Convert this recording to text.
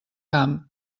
camp